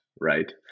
right